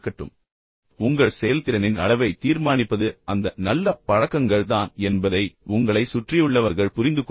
எனவே உங்கள் செயல்திறனின் அளவை தீர்மானிப்பது அந்த நல்ல பழக்கங்கள் தான் என்பதை உங்களைச் சுற்றியுள்ளவர்கள் புரிந்துகொள்வார்கள்